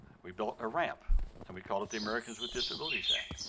we built a ramp and we called it the americans with disabilities act.